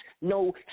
no